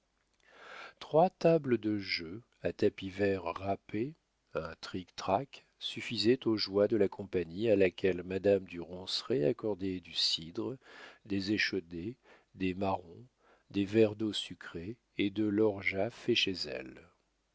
trois tables de jeu à tapis vert râpé un trictrac suffisaient aux joies de la compagnie à laquelle madame du ronceret accordait du cidre des échaudés des marrons des verres d'eau sucrée et de l'orgeat fait chez elle